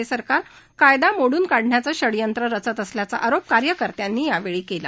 हे सरकार हा कायदा मोडून काढण्याचं षडयंत्र रचत असल्याचा आरोप कार्यकर्त्यांनी यावेळी केला